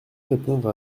répondre